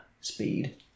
speed